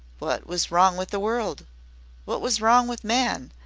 what was wrong with the world what was wrong with man,